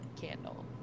candle